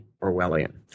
Orwellian